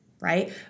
right